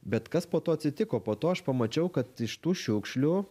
bet kas po to atsitiko po to aš pamačiau kad iš tų šiukšlių